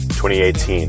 2018